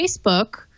Facebook